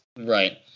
Right